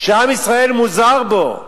שעם ישראל מוזהר בו?